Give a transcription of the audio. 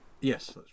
Yes